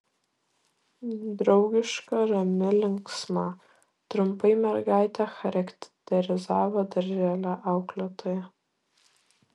draugiška rami linksma trumpai mergaitę charakterizavo darželio auklėtoja